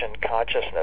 consciousness